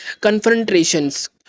confrontations